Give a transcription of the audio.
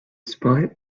spite